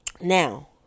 Now